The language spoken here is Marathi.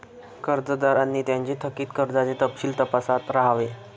कर्जदारांनी त्यांचे थकित कर्जाचे तपशील तपासत राहावे